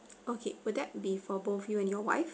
okay will that be for both you and your wife